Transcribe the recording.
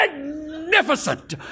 Magnificent